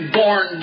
born